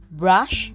brush